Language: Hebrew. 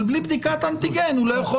אבל בלי בדיקת אנטיגן הוא לא יכול